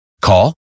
call